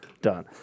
done